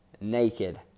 naked